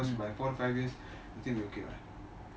mmhmm